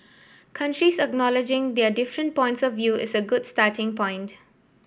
countries acknowledging their different points of view is a good starting point